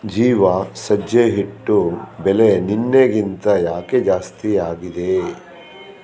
ಜೀವಾ ಸಜ್ಜೆ ಹಿಟ್ಟು ಬೆಲೆ ನಿನ್ನೆಗಿಂತ ಯಾಕೆ ಜಾಸ್ತಿಯಾಗಿದೆ